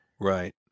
Right